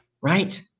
Right